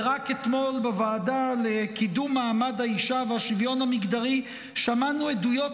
ורק אתמול בוועדה לקידום מעמד האישה והשוויון המגדרי שמענו עדויות